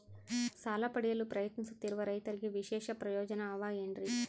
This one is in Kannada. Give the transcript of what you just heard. ಸಾಲ ಪಡೆಯಲು ಪ್ರಯತ್ನಿಸುತ್ತಿರುವ ರೈತರಿಗೆ ವಿಶೇಷ ಪ್ರಯೋಜನ ಅವ ಏನ್ರಿ?